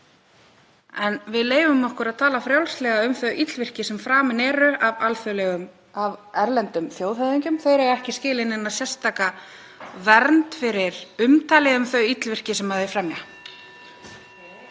En við leyfum okkur að tala frjálslega um þau illvirki sem framin eru af erlendum þjóðhöfðingjum. Þeir eiga ekki skilið neina sérstaka vernd fyrir umtalið um þau illvirki sem þeir fremja.